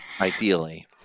Ideally